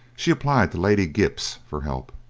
she applied to lady gipps for help.